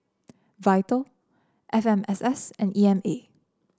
Vital F M S S and E M A